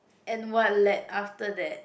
and what led after that